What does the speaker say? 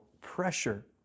pressure